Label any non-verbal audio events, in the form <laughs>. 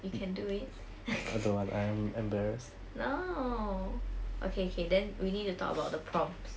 you can do it <laughs> no okay okay then we need to talk about the prompts